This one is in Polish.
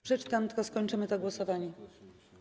Przeczytam, tylko skończymy to głosowanie.